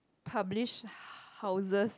publish houses